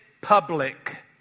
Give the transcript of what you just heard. public